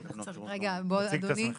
אז זו